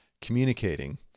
communicating